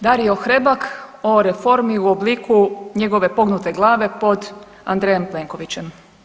Dario Hrebak o reformi u obliku njegove pognute glave pod Andrejem Plenkovićem.